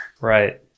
Right